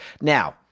Now